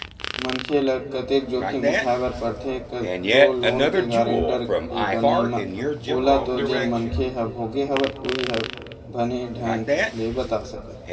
मनखे ल कतेक जोखिम उठाय बर परथे कखरो लोन के गारेंटर के बनई म ओला तो जेन मनखे ह भोगे हवय उहीं ह बने ढंग ले बता सकत हे